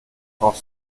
drauf